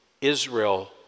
Israel